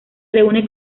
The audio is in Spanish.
reúne